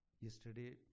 Yesterday